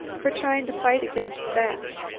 for tryin' to fight against facts,